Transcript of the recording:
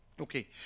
Okay